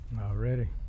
already